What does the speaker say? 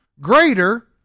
greater